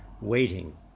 waiting